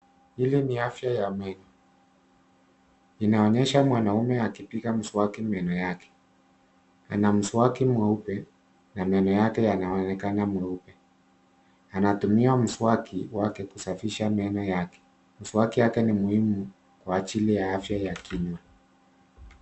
Ile ni afya ya meno. Inaonyesha mwanaume akipiga mswaki meno yake. Ana mswaki mweupe, na meno yake yanaonekana meupe. Anatumia mswaki wake, kusafisha meno yake. Mswaki yake ni muhimu, kwa ajili ya afya ya kinywa.